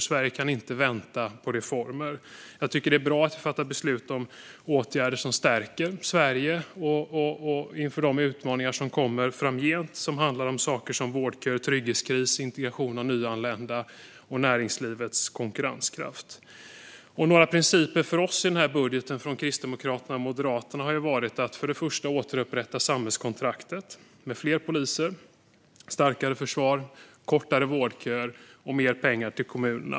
Sverige kan nämligen inte vänta på reformer. Det är bra att vi fattar beslut om åtgärder som stärker Sverige inför utmaningar som kommer framgent. Det handlar om saker som vårdköer, trygghetskris, integration av nyanlända och näringslivets konkurrenskraft. Några principer för oss i den här budgeten från Kristdemokraterna och Moderaterna har varit att återupprätta samhällskontraktet med fler poliser, starkare försvar, kortare vårdköer och mer pengar till kommunerna.